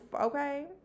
okay